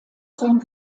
sein